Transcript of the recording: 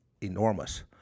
enormous